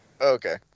Okay